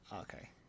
Okay